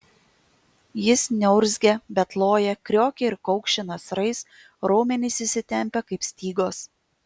jis neurzgia bet loja kriokia ir kaukši nasrais raumenys įsitempia kaip stygos